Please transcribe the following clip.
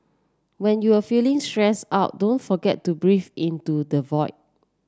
when you are feeling stressed out don't forget to breathe into the void